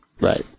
Right